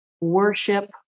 worship